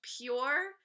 pure